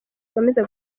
ikomeza